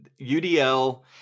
UDL